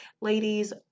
Ladies